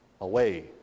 Away